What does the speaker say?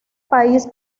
país